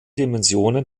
dimensionen